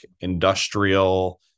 industrial